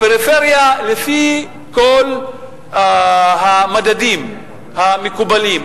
לפי כל המדדים המקובלים,